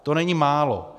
To není málo.